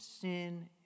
sin